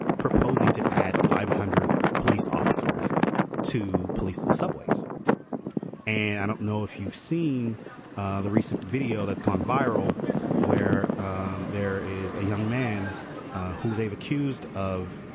proposing to add five hundred police officers to police the subways and i don't know if you've seen the recent video that's gone viral where there is a young man who they've accused of